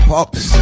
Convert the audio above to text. Pops